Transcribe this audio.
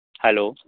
hello